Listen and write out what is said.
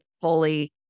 fully